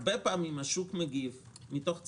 הרבה פעמים השוק מגיב מתוך צפי.